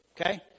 okay